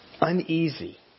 uneasy